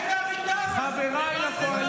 חבריי לקואליציה.